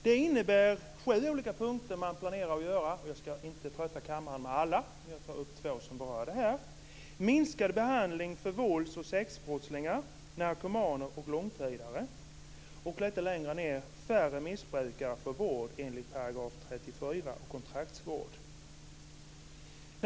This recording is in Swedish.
Det innebär sju olika punkter som man planerar att göra - jag ska inte trötta kammaren med alla utan tar upp två som berör det här: Minskade behandling för vålds och sexualbrottslingar, narkomaner och långtidare; färre missbrukare får vård enligt 34 § om kontraktsvård.